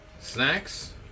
Snacks